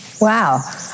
Wow